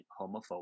homophobic